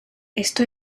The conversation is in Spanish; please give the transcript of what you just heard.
esto